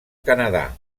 canadà